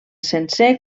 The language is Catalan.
sencer